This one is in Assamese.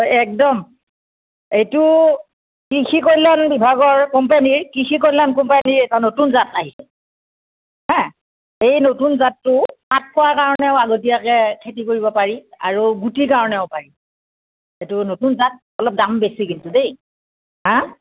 অঁ একদম এইটো কৃষি কল্যাণ বিভাগৰ কোম্পেনী কৃষি কল্যাণ কোম্পানীৰ এটা নতুন জাত আহিছে হা এই নতুন জাতটো পাত পোৱাৰ কাৰণেও আগতীয়াকৈ খেতি কৰিব পাৰি আৰু গুটিৰ কাৰণেও কৰিব পাৰি এইটো নতুন জাত অলপ দাম কিন্তু বেছি দেই হা